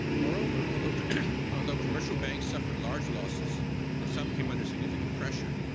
moreover, although although commercial banks suffered large losses and some came under significant pressure,